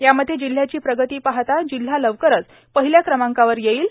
यामध्ये जिल्ह्याची प्रगती पाहता जिल्हा लवकरच पहिल्या क्रमांकावर येईल